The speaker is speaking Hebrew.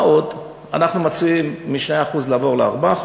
מה עוד, אנחנו מציעים מ-2% לעבור ל-4%.